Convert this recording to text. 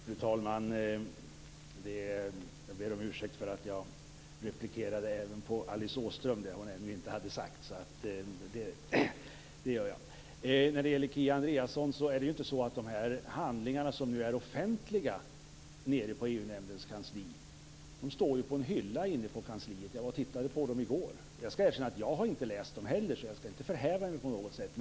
Fru talman! Jag ber om ursäkt för att jag replikerade även på Alice Åström om det hon ännu inte hade sagt. Kia Andreasson pratade om de handlingar som nu är offentliga nere på EU-nämndens kansli. De står ju på en hylla inne på kansliet, och jag var och tittade på dem i går. Jag skall erkänna att inte heller jag har läst dem - jag skall alltså inte förhäva mig på något sätt.